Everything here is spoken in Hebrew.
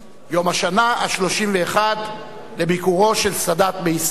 יום השנה ה-34 לביקורו של סאדאת בישראל.